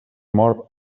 mor